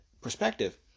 perspective